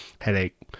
headache